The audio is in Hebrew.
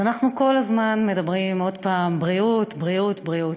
אז אנחנו כל הזמן מדברים: בריאות, בריאות בריאות.